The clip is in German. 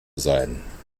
sein